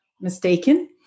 mistaken